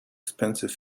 expensive